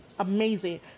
Amazing